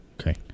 Okay